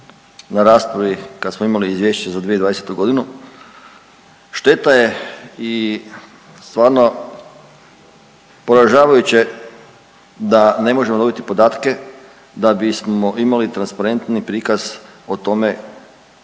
na raspravi kad smo imali Izvješće za 2020. godinu. Šteta je i stvarno poražavajuće da ne možemo dobiti podatke da bismo imali transparentni prikaz o tome